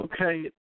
Okay